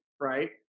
Right